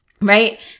Right